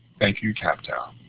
thank you, captel.